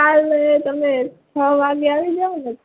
કાલે તમે છ વાગે આવી જાવ ને